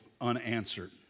unanswered